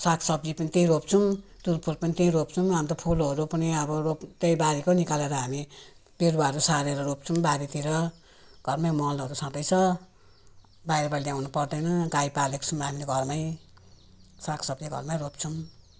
सागसब्जी पुग्दै रोप्छु तुलफुल पनि त्यहीँ रोप्छु अन्त फुलहरू पनि अब रोप त्यहीँ बारीको निकालेर हामी बिरुवाहरू सारेर रोप्छौँ बारीतिर घरमै मलहरू छँदैछ बाहिरबाट ल्याउनु पर्दैन गाई पालेको छौँ हामीले घरमै सागसब्जी घरमै रोप्छौँ